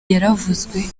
yaravuzwe